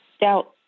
doubt